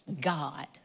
God